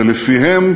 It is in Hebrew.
שלפיהם